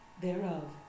thereof